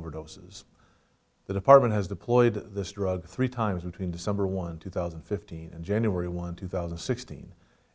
overdoses the department has deployed this drug three times between december one two thousand and fifteen and january one two thousand and sixteen